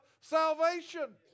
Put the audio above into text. salvation